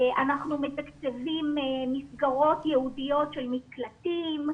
אנחנו מתקצבים מסגרות ייעודיות של מקלטים,